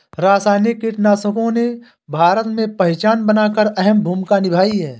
रासायनिक कीटनाशकों ने भारत में पहचान बनाकर अहम भूमिका निभाई है